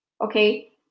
okay